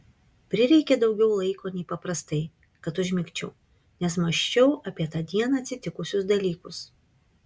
prireikė daugiau laiko nei paprastai kad užmigčiau nes mąsčiau apie tą dieną atsitikusius dalykus